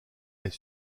est